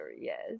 Yes